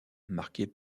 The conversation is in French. marquée